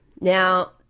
Now